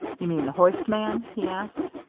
you mean the hoist man? he asked.